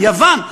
יוון,